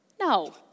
No